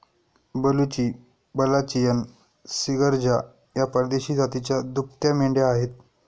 बलुची, बल्लाचियन, सिर्गजा या परदेशी जातीच्या दुभत्या मेंढ्या आहेत